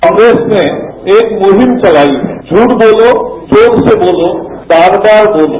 कांग्रेस ने एक मुहिम चलाई है झूठ बोलो जोर से बोलो बार बार बोलो